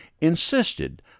insisted